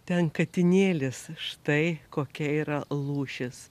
ten katinėlis štai kokia yra lūšis